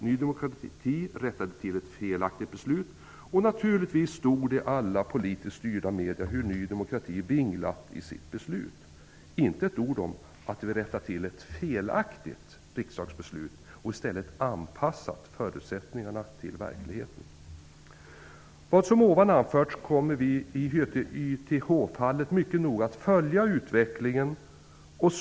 Ny demokrati rättade till ett felaktigt beslut och naturligtvis stod det i alla politiskt styrda medier hur Ny demokrati vinglat i sitt beslut, inte ett ord om att vi rättat till ett felaktigt riksdagsbeslut och i stället anpassat förutsättningarna till verkligheten. Vi kommer att mycket noga följa utvecklingen av fallet YTH.